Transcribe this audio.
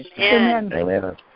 Amen